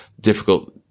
difficult